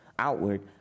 outward